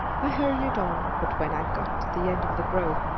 i hurried on, but when i got to the end of the grove,